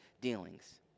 dealings